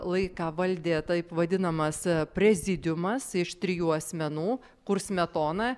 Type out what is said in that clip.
laiką valdė taip vadinamas prezidiumas iš trijų asmenų kur smetona